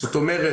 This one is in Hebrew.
זאת אומרת,